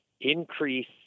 increase